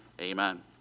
Amen